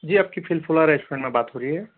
जी आपकी फिलफोड़ा रेस्टोरेंट में बात हो रही है